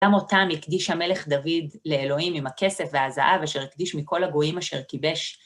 גם אותם הקדיש המלך דוד לאלוהים עם הכסף והזהב, אשר הקדיש מכל הגויים אשר כיבש.